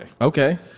Okay